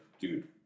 dude